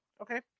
Okay